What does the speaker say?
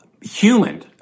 Human